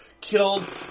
killed